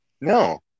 no